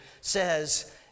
says